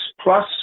plus